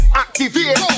activate